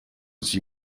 sie